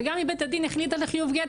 וגם אם בית הדין החליט על חיוב גט,